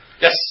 Yes